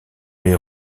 les